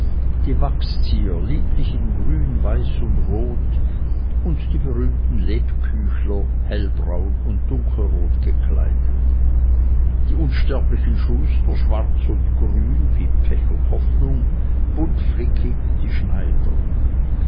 die wachszieher lieblich in grün weiß und rot und die berühmten lebküchler hellbraun und dunkelrot gekleidet die unsterblichen schuster schwarz und grün wie pech und hoffnung buntflickig die schneider